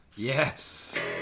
Yes